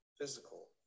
physical